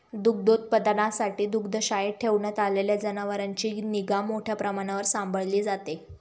दुग्धोत्पादनासाठी दुग्धशाळेत ठेवण्यात आलेल्या जनावरांची निगा मोठ्या प्रमाणावर सांभाळली जाते